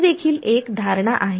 हीदेखील एक धारणा आहे